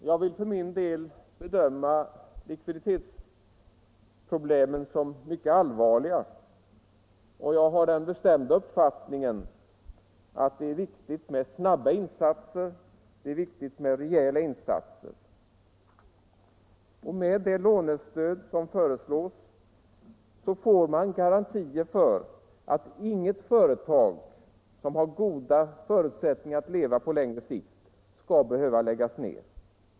Jag bedömer likviditetsproblemen som mycket allvarliga, och jag har den bestämda uppfattningen att det är viktigt att sätta in snabba och rejäla insatser. Med det lånestöd som föreslås får man garantier för att inget företag som på längre sikt har goda förutsättningar att leva skall behöva läggas ned.